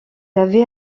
avait